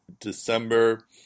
December